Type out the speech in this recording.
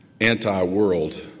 anti-world